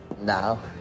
Now